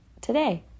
today